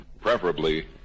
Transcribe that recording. preferably